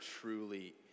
truly